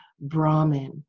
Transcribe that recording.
Brahman